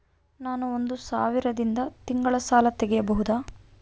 ನಾನು ಒಂದು ಸಾವಿರದಿಂದ ತಿಂಗಳ ಸಾಲ ತಗಬಹುದಾ?